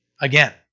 again